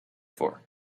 for